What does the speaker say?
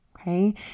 Okay